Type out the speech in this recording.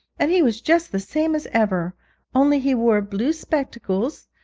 and he was just the same as ever only he wore blue spectacles,